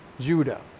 Judah